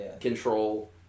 control